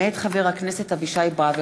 מאת חברי הכנסת אברהם